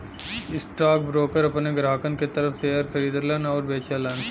stockbroker अपने ग्राहकन के तरफ शेयर खरीदलन आउर बेचलन